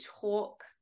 talk